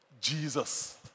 Jesus